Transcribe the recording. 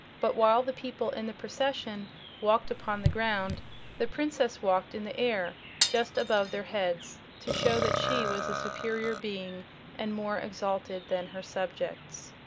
but while the people in the procession walked upon the ground the princess walked in the air just above their heads, to show that she was a superior being and more exalted than her subjects.